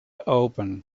opened